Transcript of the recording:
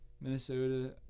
Minnesota